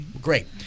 Great